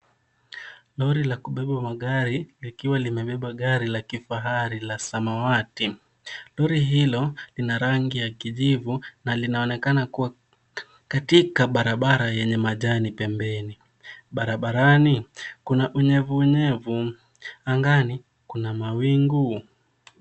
Lori la kubeba magari likiwa limebeba gari la kifahari la samawati. Lori hilo lina rangi ya kijivu na linaonekana kuwa katika barabara yenye majani pembeni. Barabarani kuna unyevuunyevu, angani kuna mawingu.